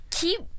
keep